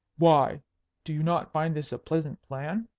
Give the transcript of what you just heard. why do you not find this a pleasant plan?